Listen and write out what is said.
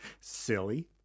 silly